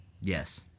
Yes